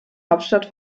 hauptstadt